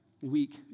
week